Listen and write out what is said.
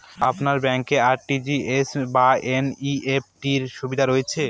আপনার ব্যাংকে আর.টি.জি.এস বা এন.ই.এফ.টি র সুবিধা রয়েছে?